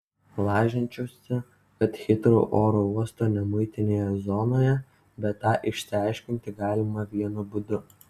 lažinčiausi kad hitrou oro uosto nemuitinėje zonoje bet tą išsiaiškinti galima vienu būdu